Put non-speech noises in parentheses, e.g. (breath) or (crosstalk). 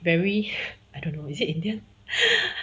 very (breath) I don't know is it indian